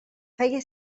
feia